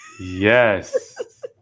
Yes